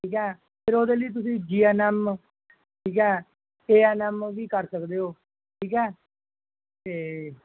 ਠੀਕ ਹੈ ਫਿਰ ਉਹਦੇ ਲਈ ਤੁਸੀਂ ਜੀ ਐਨ ਐਮ ਠੀਕ ਹੈ ਏ ਐਨ ਐਮ ਵੀ ਕਰ ਸਕਦੇ ਹੋ ਠੀਕ ਹੈ ਅਤੇ